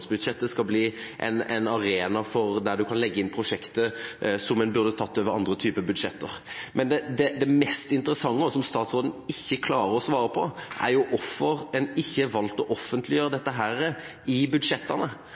skal bli en arena der en kan legge inn prosjekter som en burde tatt over andre typer budsjetter. Men det mest interessante – og som statsråden ikke klarer å svare på – er jo hvorfor en ikke valgte å offentliggjøre dette i budsjettene.